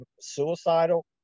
suicidal